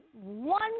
one